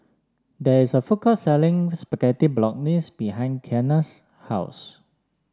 there is a food court selling Spaghetti Bolognese behind Kiana's house